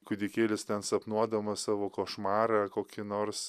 kūdikėlis ten sapnuodamas savo košmarą kokį nors